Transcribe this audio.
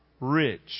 rich